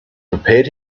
prepared